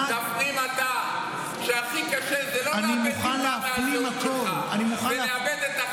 תפנים אתה שהכי קשה זה לא לאבד טיפה מהזהות שלך,